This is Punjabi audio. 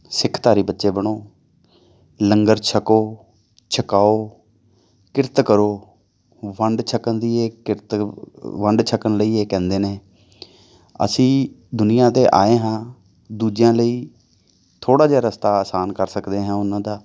ਸਿੱਖਧਾਰੀ ਬੱਚੇ ਬਣੋ ਲੰਗਰ ਛਕੋ ਛਕਾਓ ਕਿਰਤ ਕਰੋ ਵੰਡ ਛਕਣ ਦੀ ਇਹ ਕਿਰਤ ਵੰਡ ਛਕਣ ਲਈ ਇਹ ਕਹਿੰਦੇ ਨੇ ਅਸੀਂ ਦੁਨੀਆ 'ਤੇ ਆਏ ਹਾਂ ਦੂਜਿਆਂ ਲਈ ਥੋੜ੍ਹਾ ਜਿਹਾ ਰਸਤਾ ਅਸਾਨ ਕਰ ਸਕਦੇ ਹਾਂ ਉਹਨਾਂ ਦਾ